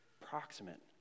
Proximate